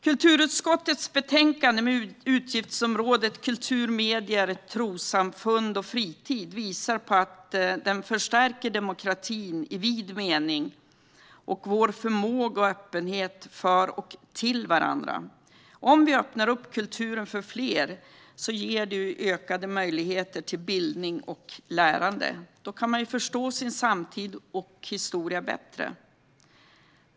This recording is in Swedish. Kulturutskottets betänkande om utgiftsområdet Kultur, medier, trossamfund och fritid visar att den förstärker demokratin i vid mening och vår förmåga och öppenhet för och till varandra. Om vi öppnar kulturen för fler ger det ökade möjligheter till bildning och lärande. Då kan man förstå sin samtid och historia bättre.